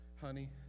Honey